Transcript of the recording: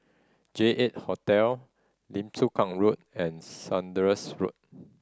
J Eight Hotel Lim Chu Kang Road and Saunders Road